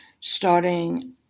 starting